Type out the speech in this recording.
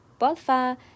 Bolfa